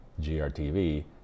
GRTV